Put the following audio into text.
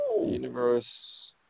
universe